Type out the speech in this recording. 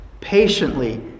patiently